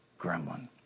gremlin